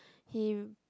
he